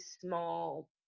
small